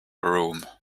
room